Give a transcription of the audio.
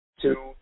Two